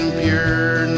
pure